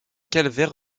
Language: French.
calvaire